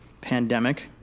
pandemic